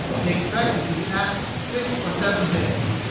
he expected to be absent six or seven days.